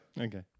Okay